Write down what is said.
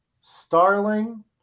Starling